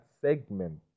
segment